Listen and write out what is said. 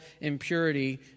impurity